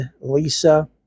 Lisa